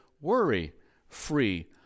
worry-free